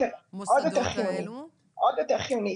מהמוסדות האלו --- זה עוד יותר חיוני.